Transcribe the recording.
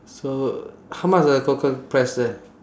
so how much the cockle price there